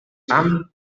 fam